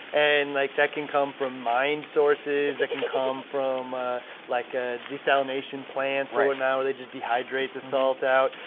and like that can come from mined sources that can come from like ah desalination plants or and whatnot where they just dehydrate the salt out,